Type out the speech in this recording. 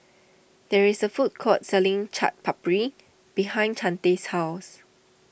there is a food court selling Chaat Papri behind Chante's house